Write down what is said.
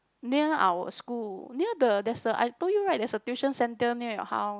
near our school near the there's a I told you right there's a tuition centre near your house